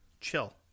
Chill